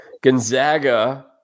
Gonzaga